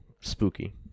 Spooky